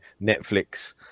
netflix